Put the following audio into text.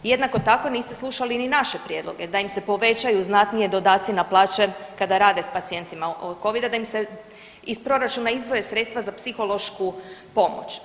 Jednako tako, niste slušali ni naše prijedloge, da im se povećaju znatnije dodaci na plaće kada rade s pacijentima od Covida, da im se iz proračuna izdvoje sredstva za psihološku pomoć.